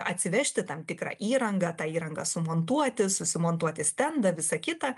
atsivežti tam tikrą įrangą tą įrangą sumontuoti susimontuoti stendą visa kita